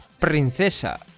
Princesa